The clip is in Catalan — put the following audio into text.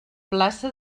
plaça